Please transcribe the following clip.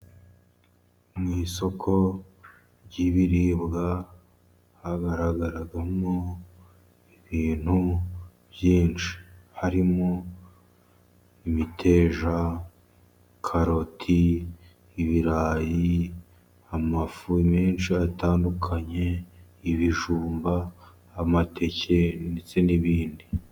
Mu isoko ry'ibiribwa hagaragaramo ibintu byinshi, harimo imiteja, karoti, ibirayi, amafu menshi atandukanye, ibijumba, amateke ndetse n'ibindi.